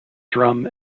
drum